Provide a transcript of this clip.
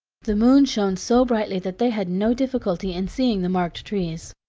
the moon shone so brightly that they had no difficulty in seeing the marked trees.